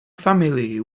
family